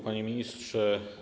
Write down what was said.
Panie Ministrze!